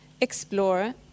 explore